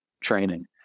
training